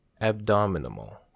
Abdominal